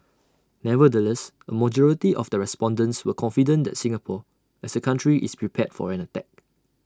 nevertheless A majority of the respondents were confident that Singapore as A country is prepared for an attack